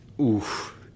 Oof